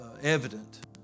evident